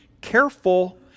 careful